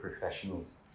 professionals